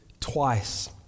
twice